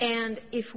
and if